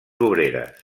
obreres